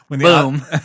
Boom